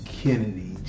Kennedy